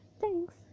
Thanks